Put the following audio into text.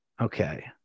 okay